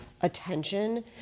attention